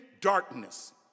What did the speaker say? darkness